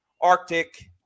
Arctic